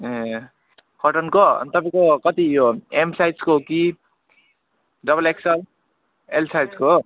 ए कटनको अनि तपाईँको कति यो एम साइजको हो कि डबल एक्सएलएल एल साइजको हो